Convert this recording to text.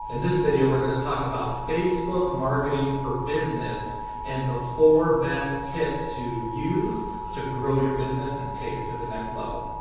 in this video, we're gonna to talk about facebook marketing for business and the four best tips to use to grow your business and take it to the next level.